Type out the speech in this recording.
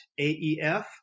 AEF